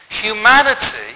humanity